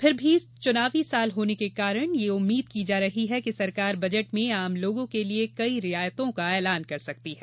फिर भी चुनावी साल होने के कारण यह उम्मीद की जा रही है कि सरकार बजट में आम लोगो के लिये कई रियायतों का ऐलान कर सकती है